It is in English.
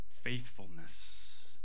faithfulness